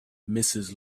mrs